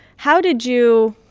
how did you